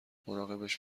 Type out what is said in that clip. مراقبش